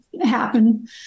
happen